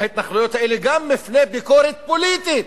להתנחלויות האלה, גם מפני ביקורת פוליטית,